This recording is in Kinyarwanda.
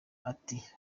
ati